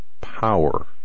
power